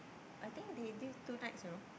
I think they did two nights you know